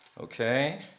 Okay